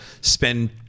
spend